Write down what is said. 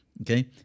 Okay